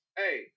hey